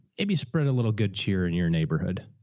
maybe spread a little good cheer in your neighborhood.